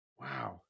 Wow